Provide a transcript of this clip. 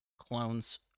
clones